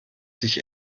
sich